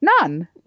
None